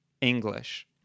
English